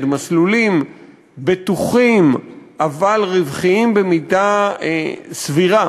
מסלולים בטוחים אבל רווחיים במידה סבירה